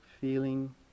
feeling